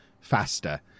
faster